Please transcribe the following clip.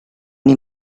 nei